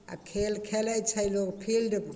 आओर खेल खेलय छै लोग फील्डमे